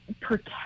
protect